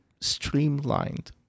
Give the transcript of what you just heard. streamlined